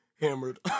hammered